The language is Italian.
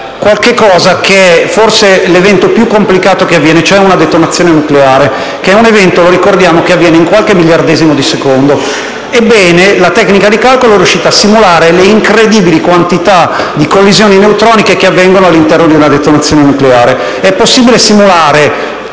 di simulare forse l'evento più complicato che si può verificare, cioè una detonazione nucleare, la quale - lo ricordiamo - avviene in qualche miliardesimo di secondo. Ebbene, la tecnica di calcolo è riuscita a simulare le incredibili quantità di collisioni neutroniche che avvengono nell'ambito di una detonazione nucleare, ed è possibile simulare